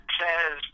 says